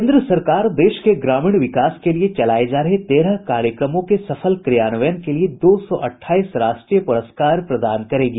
केन्द्र सरकार देश के ग्रामीण विकास के लिए चलाये जा रहे तेरह कार्यक्रमों के सफल क्रियान्वयन के लिए दो सौ अटठाईस राष्ट्रीय पुरस्कार प्रदान करेगी